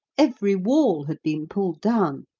every wall had been pulled down,